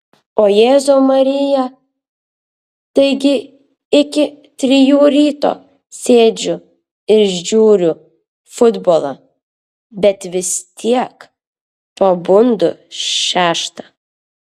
o jėzau marija taigi iki trijų ryto sėdžiu ir žiūriu futbolą bet vis tiek pabundu šeštą